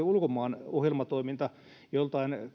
ulkomaan ohjelmatoiminta joltain